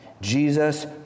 Jesus